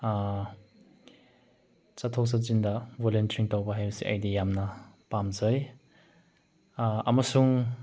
ꯆꯠꯊꯣꯛ ꯆꯠꯁꯤꯟꯗ ꯕꯣꯂꯨꯟꯇꯔꯤꯡ ꯇꯧꯕ ꯍꯥꯏꯕꯁꯦ ꯑꯩꯗꯤ ꯌꯥꯝꯅ ꯄꯥꯝꯖꯩ ꯑꯃꯁꯨꯡ